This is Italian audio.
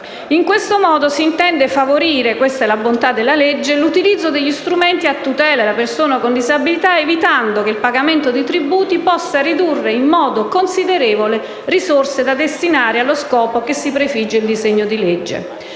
In questo modo, si intende favorire - questa è la bontà della legge - l'utilizzo degli strumenti a tutela della persona con disabilità, evitando che il pagamento dei tributi possa ridurre in modo considerevole le risorse da destinare allo scopo che si prefigge il disegno di legge.